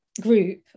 group